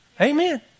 Amen